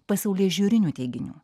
pasaulėžiūrinių teiginių